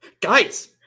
Guys